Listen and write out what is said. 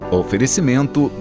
oferecimento